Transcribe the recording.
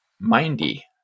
mindy